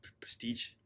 prestige